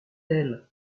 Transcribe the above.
elle